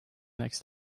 next